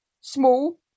small